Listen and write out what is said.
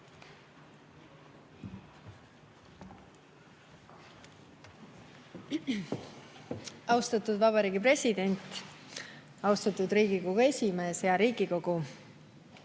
Austatud vabariigi president! Austatud Riigikogu esimees! Hea Riigikogu!